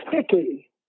sticky